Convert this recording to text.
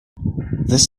this